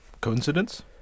Coincidence